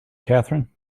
catherine